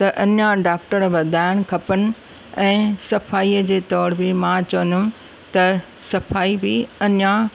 त अञां डॉक्टर वधाइणु खपनि ऐं सफ़ाई जे तौर बि मां चवंदमि त सफ़ाई बि अञां